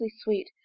sweet